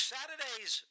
Saturdays